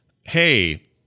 hey